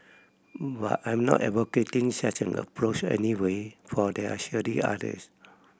but I'm not advocating such an approach anyway for there are surely others